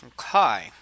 Okay